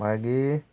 मागीर